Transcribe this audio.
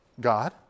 God